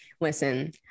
listen